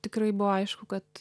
tikrai buvo aišku kad